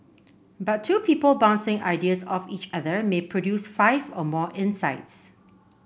but two people bouncing ideas off each other may produce five or more insights